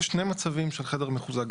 יש שני מצבים של חדר מחוזק.